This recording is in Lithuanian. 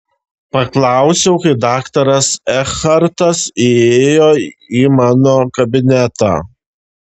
paklausiau kai daktaras ekhartas įėjo į mano kabinetą